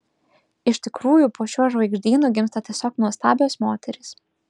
iš tikrųjų po šiuo žvaigždynu gimsta tiesiog nuostabios moterys